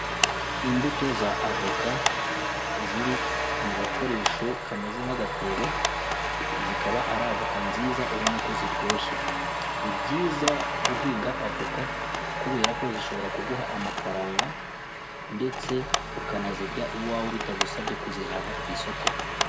Imbuto za avoka ziri mu gakoresho kameze nk'agatebo, zikaba ari avoka nziza ubona ko ziryoshye, ni byiza guhinga avoka kubera ko zishobora kuguha amafaranga ndetse ukanazirya iwawe bitagusabye kuzihaha ku isoko.